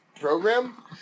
program